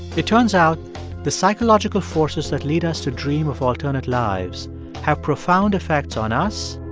it turns out the psychological forces that lead us to dream of alternate lives have profound effects on us